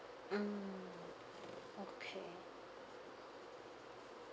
mm okay